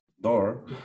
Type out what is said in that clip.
door